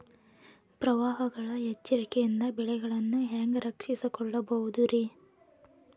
ಪ್ರವಾಹಗಳ ಎಚ್ಚರಿಕೆಯಿಂದ ಬೆಳೆಗಳನ್ನ ಹ್ಯಾಂಗ ರಕ್ಷಿಸಿಕೊಳ್ಳಬಹುದುರೇ?